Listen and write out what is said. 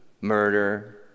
Murder